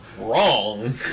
wrong